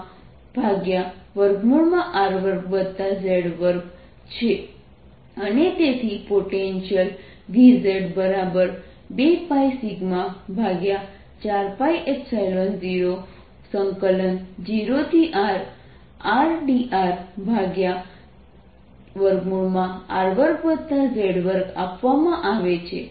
dQ2πrdr dVz0R14π02πrdrσr2z2 અને તેથી potential Vz2πσ4π00Rrdrr2z2 આપવામાં આવે છે